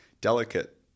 delicate